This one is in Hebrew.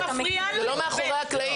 ולא מאחורי הקלעים.